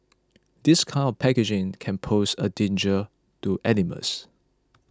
this kind of packaging can pose a danger to animals